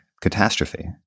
catastrophe